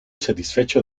satisfecho